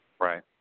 Right